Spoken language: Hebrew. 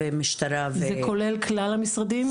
זה כולל כלל המשרדים,